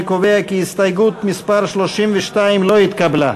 אני קובע כי הסתייגות מס' 32 לא התקבלה.